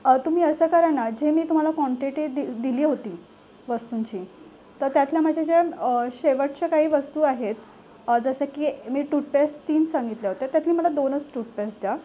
तुम्ही असं करा ना जे मी तुम्हाला क्वांटिटी दि दिली होती वस्तूंची तर त्यातल्या माझ्या ज्या शेवटच्या काही वस्तू आहेत जसं की मी टूथपेस्ट तीन सांगितल्या होत्या त्यातली मला दोनच टूथपेस्ट द्या